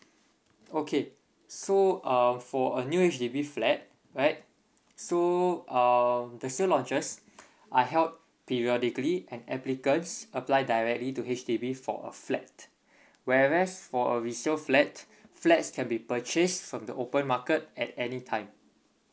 okay so uh for a new H_D_B flat right so um the sale launches are held periodically and applicants apply directly to H_D_B for a flat whereas for a resale flat flats can be purchased from the open market at any time